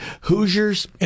Hoosiers